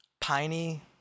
Piney